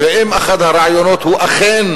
ואם אחד הרעיונות הוא אכן